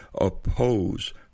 oppose